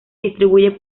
distribuye